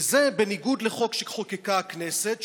וזה בניגוד לחוק שחוקקה הכנסת,